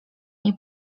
nie